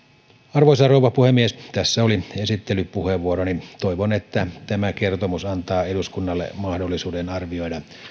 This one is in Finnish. arvoisa rouva puhemies tässä oli esittelypuheenvuoroni toivon että tämä kertomus antaa eduskunnalle mahdollisuuden arvioida